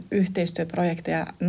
yhteistyöprojekteja